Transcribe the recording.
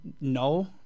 no